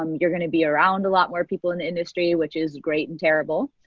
um you're gonna be around a lot more people in the industry, which is great and terrible.